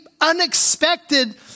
unexpected